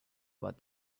about